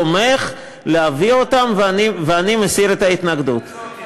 תומך בהבאתם ואני מסיר את ההתנגדות.